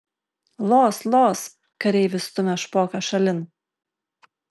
los los kareivis stumia špoką šalin